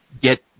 get